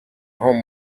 home